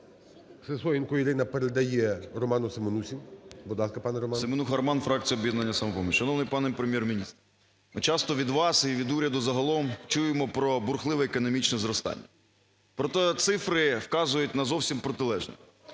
Сисоєнко Ірина передає Роману Семенусі. Будь ласка, пан Роман. 11:04:58 СЕМЕНУХА Р.С. Семенуха Роман, фракція "Об'єднання "Самопоміч". Шановний пане Прем'єр-міністр, часто від вас і від уряду загалом чуємо про бурхливе економічне зростання, проте цифри вказують на зовсім протилежне.